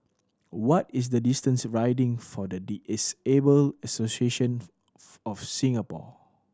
what is the distance Riding for the Disabled Association of Singapore